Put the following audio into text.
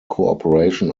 cooperation